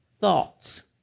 thoughts